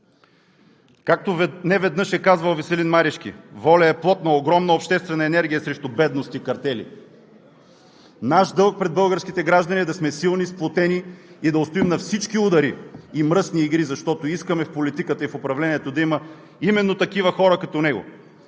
Както неведнъж е казвал Веселин Марешки: „ВОЛЯ е плод на огромна обществена енергия срещу бедност и картели.“ Наш дълг пред българските граждани е да сме силни, сплотени и да устоим на всички удари и мръсни игри, защото искаме в политиката и в управлението да има именно такива хора като него,